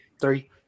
three